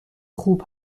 خوب